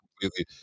completely